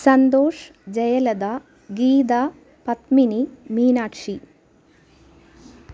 Santhosh Jayalatha Geetha Padmini Meenakshi